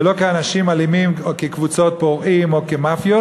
ולא כאנשים אלימים או כקבוצות פורעים או כמאפיות,